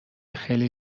خیلی